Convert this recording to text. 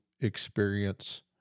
experience